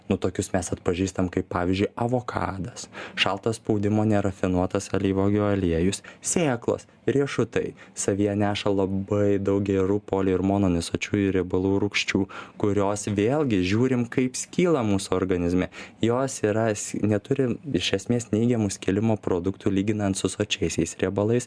nu tokius mes atpažįstam kaip pavyzdžiui avokadas šalto spaudimo nerafinuotas alyvuogių aliejus sėklos riešutai savyje neša labai daug gerų poli ir mononesočiųjų riebalų rūgščių kuros vėlgi žiūrime kaip skyla mūsų organizme jos yra s neturi iš esmės neigiamų skilimo produktų lyginant su sočiaisiais riebalais